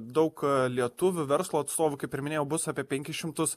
daug lietuvių verslo atstovų kaip ir minėjau bus apie penkis šimtus